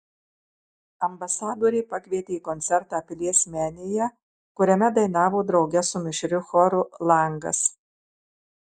ambasadorė pakvietė į koncertą pilies menėje kuriame dainavo drauge su mišriu choru langas